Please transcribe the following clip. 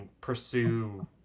pursue